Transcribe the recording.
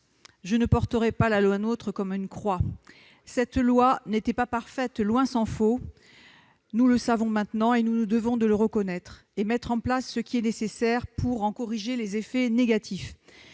je ne porterai pas la loi NOTRe comme une croix. Cette loi n'était pas parfaite- tant s'en faut ! Nous le savons maintenant et nous nous devons de le reconnaître, afin de prendre les mesures qui sont nécessaires pour en corriger les effets négatifs.